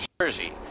Jersey